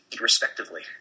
respectively